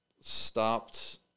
stopped